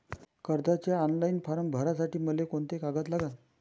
कर्जाचे online form भरासाठी मले कोंते कागद लागन?